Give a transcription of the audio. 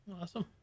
Awesome